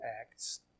Acts